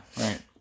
right